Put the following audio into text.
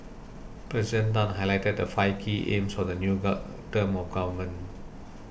President Tan highlighted the five key aims for the new term of government